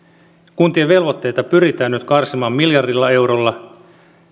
kuntien velvoitteita pyritään nyt karsimaan miljardilla eurolla